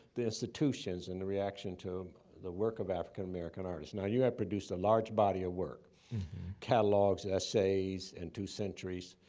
the institutions and the reaction to the work of african-american artists? now, you have produced a large body of work catalogs, essays, and two centuries.